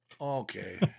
Okay